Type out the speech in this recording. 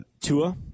Tua